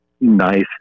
nice